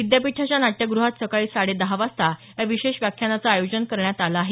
विद्यापीठाच्या नाट्यग्रहात सकाळी साडे दहा वाजता या विशेष व्याख्यानाचं आयोजन करण्यात आलं आहे